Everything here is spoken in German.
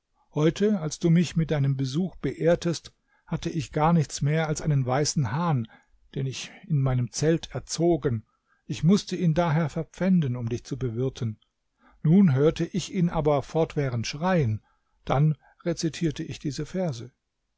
heute als du mich mit deinem besuch beehrtest hatte ich gar nichts mehr als einen weißen hahn den ich in meinem zelt erzogen ich mußte ihn daher verpfänden um dich zu bewirten nun hörte ich ihn aber fortwährend schreien dann rezitierte ich diese verse